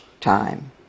time